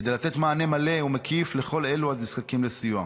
כדי לתת מענה מלא ומקיף לכל הנזקקים לסיוע.